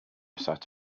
sat